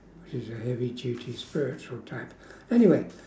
which is a heavy duty spiritual type anyway